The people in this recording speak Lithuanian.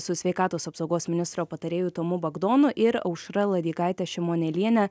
su sveikatos apsaugos ministro patarėju tomu bagdonu ir aušra ladigaite šimonėliene